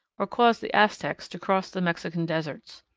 or caused the aztecs to cross the mexican deserts.